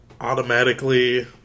automatically